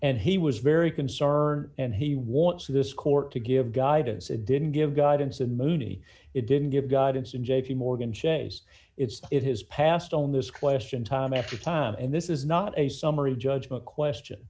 and he was very concerned and he wants this court to give guidance it didn't give guidance in the movie it didn't give guidance in j p morgan chase it's it has passed on this question time after time and this is not a summary judgment question